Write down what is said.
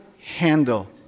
handle